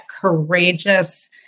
courageous